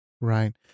Right